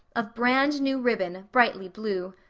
of brand-new ribbon, brightly blue.